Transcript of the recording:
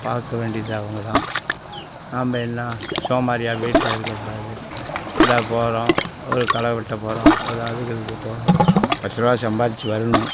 பார்க்க வேண்டியது அவங்க தான் நாம் என்ன சோம்பேறியா வீட்டில் இருக்க கூடாது இந்தோ போகிறோம் ஒரு களை வெட்ட போகிறோம் ஒரு அதுக்கு இதுக்கு போகிறோம் பத்துரூவா சம்பாதிச்சி வரணும்